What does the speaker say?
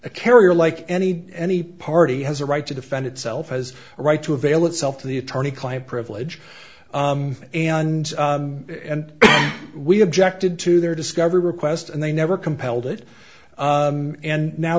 a carrier like any any party has a right to defend itself has a right to avail itself of the attorney client privilege and we objected to their discovery request and they never compelled it and now